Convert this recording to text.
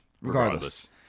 regardless